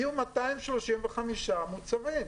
יהיו 235 מוצרים,